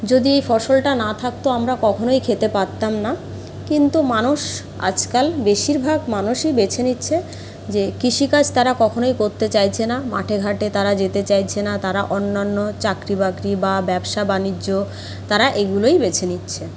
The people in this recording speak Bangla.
যদি এই ফসলটা না থাকতো আমরা কখনই খেতে পারতাম না কিন্তু মানুষ আজকাল বেশিরভাগ মানুষই বেছে নিচ্ছে যে কৃষিকাজ তারা কখনই করতে চাইছে না মাঠে ঘাটে তারা যেতে চাইছে না তারা অন্যান্য চাকরি বাকরি বা ব্যবসা বাণিজ্য তারা এইগুলোই বেছে নিচ্ছে